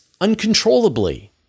uncontrollably